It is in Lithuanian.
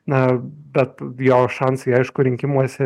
na bet jo šansai aišku rinkimuose